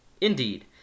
Indeed